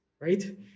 right